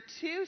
two